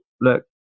look